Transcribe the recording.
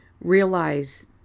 realize